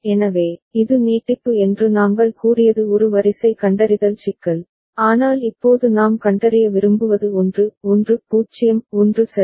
எனவே இது நீட்டிப்பு என்று நாங்கள் கூறியது ஒரு வரிசை கண்டறிதல் சிக்கல் ஆனால் இப்போது நாம் கண்டறிய விரும்புவது 1 1 0 1 சரி